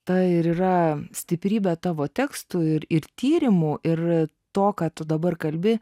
ta ir yra stiprybė tavo tekstų ir ir tyrimu ir to ką tu dabar kalbi